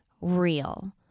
real